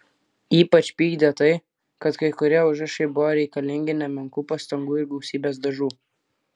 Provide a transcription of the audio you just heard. ypač pykdė tai kad kai kurie užrašai buvo reikalingi nemenkų pastangų ir gausybės dažų